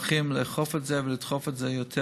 הולכים לאכוף את זה ולדחוף את זה יותר,